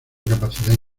capacidad